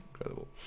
incredible